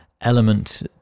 element